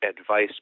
advice